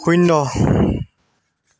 শূন্য